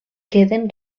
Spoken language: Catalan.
queden